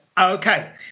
Okay